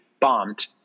bombed